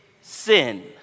sin